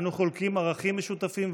אנו חולקים ערכים משותפים,